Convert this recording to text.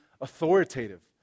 authoritative